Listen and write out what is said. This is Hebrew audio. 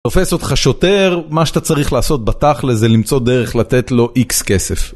תופס אותך שוטר, מה שאתה צריך לעשות בתכל'ס זה למצוא דרך לתת לו איקס כסף.